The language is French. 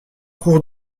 cours